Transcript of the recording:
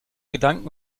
gedanken